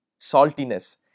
saltiness